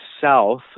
south